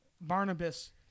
barnabas